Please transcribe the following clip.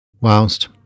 whilst